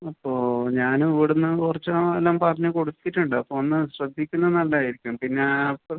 അപ്പോൾ ഞാൻ ഇവിടെ നിന്ന് കുറച്ച് ആ എല്ലാം പറഞ്ഞ് കൊടുത്തിട്ടുണ്ട് അപ്പോൾ ഒന്ന് ശ്രദ്ധിക്കുന്നത് നല്ലതായിരിക്കും പിന്നെ അവർക്ക്